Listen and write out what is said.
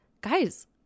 guys